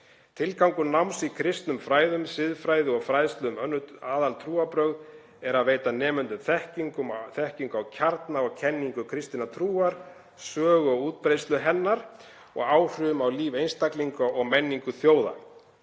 „Tilgangur náms í kristnum fræðum, siðfræði og fræðslu um önnur aðaltrúarbrögð er að veita nemendum þekkingu á kjarna og kenningu kristinnar trúar, sögu og útbreiðslu hennar og áhrifum á líf einstaklinga og menningu þjóða,